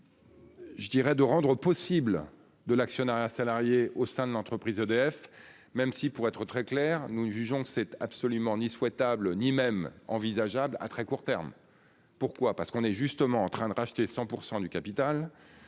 Je dirais, de rendre possible de l'actionnariat salarié au sein de l'entreprise EDF, même si pour être très clair, nous ne jugeons absolument ni souhaitable, ni même envisageable à très court terme. Pourquoi, parce qu'on est justement en train de racheter 100% du capital.